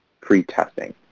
pre-testing